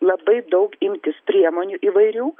labai daug imtis priemonių įvairių